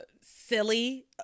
silly